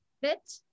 Fit